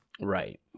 Right